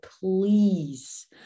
please